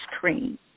cream